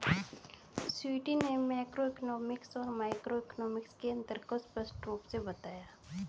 स्वीटी ने मैक्रोइकॉनॉमिक्स और माइक्रोइकॉनॉमिक्स के अन्तर को स्पष्ट रूप से बताया